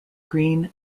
green